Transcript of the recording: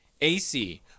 AC